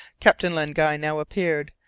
captain len guy now appeared,